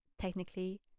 technically